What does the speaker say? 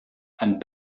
and